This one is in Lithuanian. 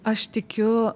aš tikiu